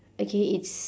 okay it's